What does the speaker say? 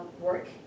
work